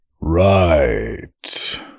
Right